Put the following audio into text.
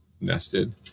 nested